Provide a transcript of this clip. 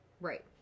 Right